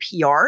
PR